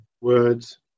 words